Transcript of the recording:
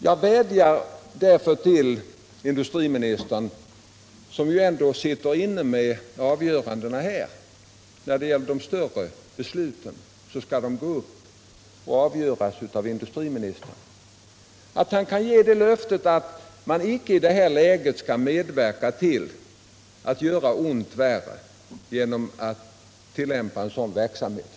Jag vädjar därför till industriministern — som ju ändå är ansvarig för de större besluten — att ge det löftet att man icke i det här läget skall medverka till att göra ont värre genom en sådan verksamhet.